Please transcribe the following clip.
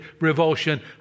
revulsion